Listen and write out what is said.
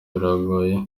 biragoye